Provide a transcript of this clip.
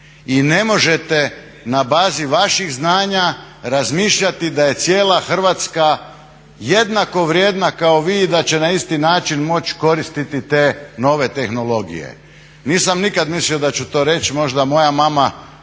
i ne možete na bazi vaših znanja razmišljati da je cijela Hrvatska jednako vrijedna kao vi i da će na isti način moći koristiti te nove tehnologije. Nisam nika mislio da ću to reći, možda moja mama